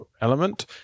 element